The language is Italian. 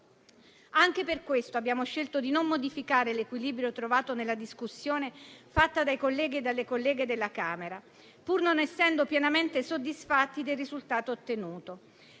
Anche per questo abbiamo scelto di non modificare l'equilibrio trovato nella discussione fatta dai colleghi e dalle colleghe della Camera, pur non essendo pienamente soddisfatti del risultato ottenuto.